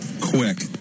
Quick